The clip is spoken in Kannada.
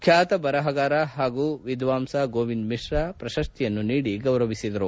ಖ್ಯಾತ ಬರಹಗಾರ ಹಾಗೂ ವಿದ್ವಾಂಸ ಗೋವಿಂದ್ ಮಿಶ್ರ ಅವರು ಪ್ರಶಸ್ತಿಯನ್ನು ನೀಡಿ ಗೌರವಿಸಿದರು